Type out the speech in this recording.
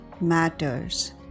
matters